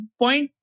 point